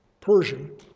Persian